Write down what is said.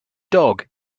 dog